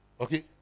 okay